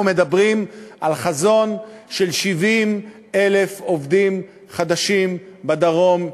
אנחנו מדברים על חזון של 70,000 עובדים חדשים בדרום,